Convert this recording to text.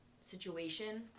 situation